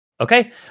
Okay